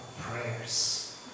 prayers